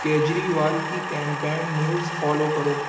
کیجریوال کی campaign news follow کرو